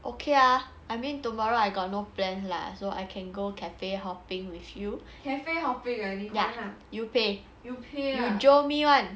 okay ah I mean tomorrow I got no plan lah so I can go cafe hopping with you ya you pay you jio me [one]